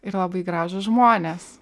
ir labai gražūs žmonės